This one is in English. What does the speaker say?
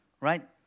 right